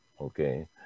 okay